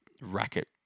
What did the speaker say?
racket